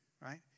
right